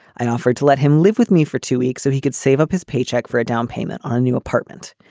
i offered to let him live with me for two weeks so he could save up his paycheck for a downpayment on new apartment.